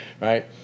right